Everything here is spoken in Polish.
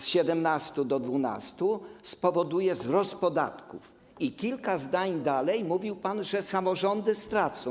z 17 do 12 spowoduje wzrost podatków, a kilka zdań dalej mówił pan, że samorządy stracą.